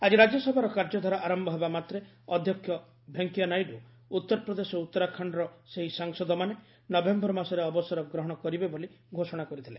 ଆଜି ରାଜ୍ୟସଭାର କାର୍ଯ୍ୟଧାରା ଆରମ୍ଭ ହେବା ମାତ୍ରେ ଅଧ୍ୟକ୍ଷ ଭେଙ୍କିୟା ନାଇଡୁ ଉତ୍ତରପ୍ରଦେଶ ଓ ଉତ୍ତରାଖଣ୍ଡର ସେହି ସାଂସଦମାନେ ନଭେମ୍ଘର ମାସରେ ଅବସର ଗ୍ରହଣ କରିବେ ବୋଲି ଘୋଷଣା କରିଥିଲେ